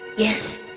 yes.